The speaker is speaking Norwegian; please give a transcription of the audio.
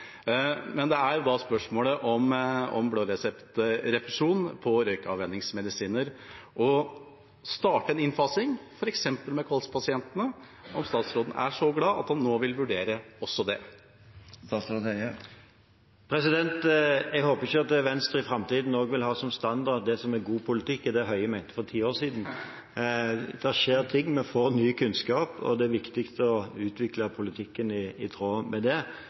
spørsmålet om blåreseptrefusjon for røykavvenningsmedisiner, å starte en innfasing f.eks. med kolspasientene – om statsråden er så glad at han nå vil vurdere også det. Jeg håper ikke at Venstre i framtiden også vil ha som standard at det som er god politikk, er det Høie mente for ti år siden. Det skjer ting, vi får ny kunnskap, og det er viktig å utvikle politikken i tråd med det.